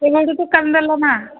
କେବେଠୁ ତ ମାଆ